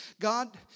God